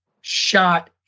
shot